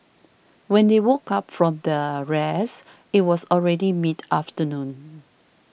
when they woke up from their rest it was already mid afternoon